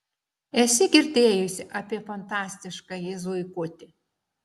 esi girdėjusi apie fantastiškąjį zuikutį